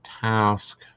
task